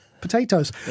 potatoes